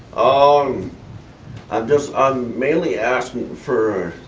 um i'm just, i'm mainly asking for